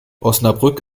osnabrück